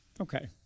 Okay